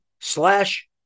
slash